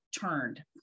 turned